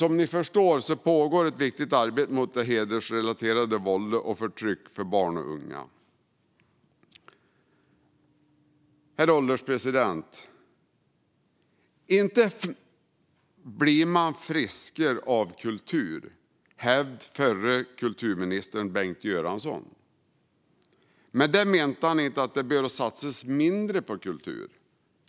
Som ni förstår pågår ett viktigt arbete mot hedersrelaterat våld mot och förtryck av barn och unga. Herr ålderspresident! Inte f-n blir man friskare av kultur, hävdade den före detta kulturministern Bengt Göransson. Med det menade han inte att det bör satsas mindre på kultur.